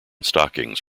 stockings